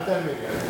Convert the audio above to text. אל תענה לי.